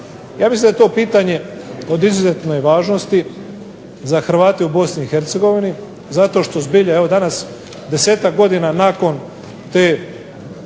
Ja mislim da je to pitanje od izuzetne važnosti za Hrvate u BiH, zato što zbilja evo danas nakon desetak godina nakon te